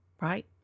right